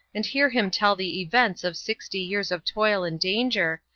and hear him tell the events of sixty years of toil and danger,